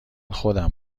خودم